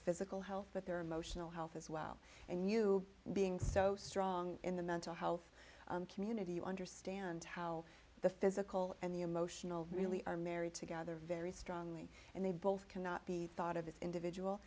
physical health but their emotional health as well and you being so strong in the mental health community you understand how the physical and the emotional really are married together very strongly and they both cannot be thought of as individual